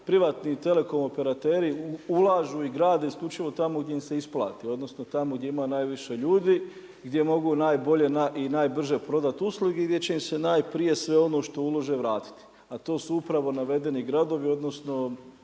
privatni telekom operateri ulažu i grade isključivo tamo gdje im se isplati, odnosno, tamo gdje ima najviše ljudi, gdje mogu najbolje i najbrže prodati usluge i gdje će im se najprije, sve ono što ulože vratiti. A to su upravo navedeni gradovi, odnosno,